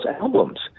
albums